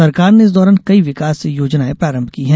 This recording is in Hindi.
सरकार ने इस दौरान कई विकास योजनाएं प्रारम्भ की हैं